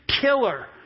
killer